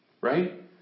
right